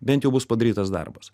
bent jau bus padarytas darbas